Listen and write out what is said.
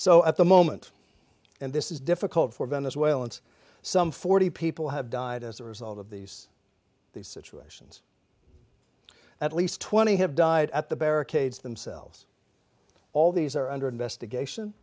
so at the moment and this is difficult for venezuelans some forty people have died as a result of these situations at least twenty have died at the barricades themselves all these are under investigation